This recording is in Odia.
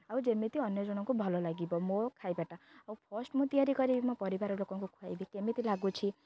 ଆଉ ଯେମିତି ଅନ୍ୟ ଜଣଙ୍କୁ ଭଲ ଲାଗିବ ମୋ ଖାଇବାଟା ଆଉ ଫର୍ଷ୍ଟ ମୁଁ ତିଆରି କରିବି ମୋ ପରିବାର ଲୋକଙ୍କୁ ଖୁଆଇବି କେମିତି ଲାଗୁଛି